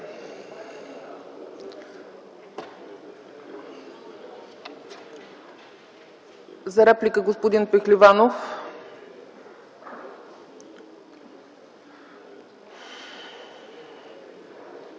За реплика – господин Пехливанов.